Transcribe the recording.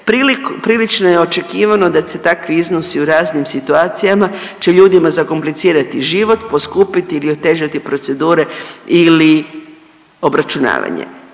prilično je očekivano da se takvi iznosi u raznim situacijama će ljudima zakomplicirati život, poskupiti ili otežati procedure ili obračunavanje.